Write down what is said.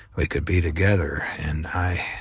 we could be together. and i,